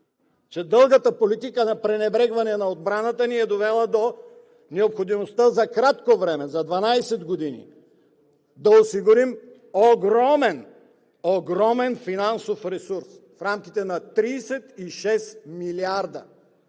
Дългата политика на пренебрегване на отбраната ни е довела до необходимостта за кратко време – за 12 години, да осигурим огромен, огромен финансов ресурс в рамките на 36 милиарда